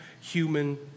human